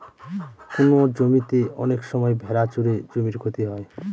কোনো জমিতে অনেক সময় ভেড়া চড়ে জমির ক্ষতি হয়